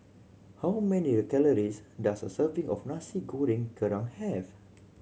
how many calories does a serving of Nasi Goreng Kerang have